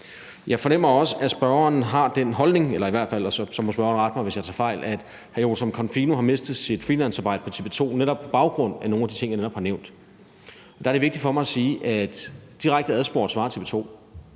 Jeg fornemmer også, at spørgeren har den holdning – ellers må spørgeren rette mig, hvis jeg tager fejl – at Jotam Confino har mistet sit freelancearbejde på TV 2 netop på baggrund af nogle af de ting, jeg netop har nævnt. Der er det vigtigt for mig at sige, at direkte adspurgt svarer TV